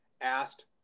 asked